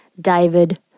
David